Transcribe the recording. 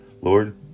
Lord